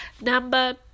number